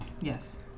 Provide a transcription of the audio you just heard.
Yes